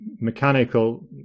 mechanical